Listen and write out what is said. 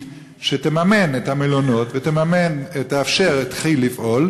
שתממן את המלונות ותאפשר לכי"ל לפעול,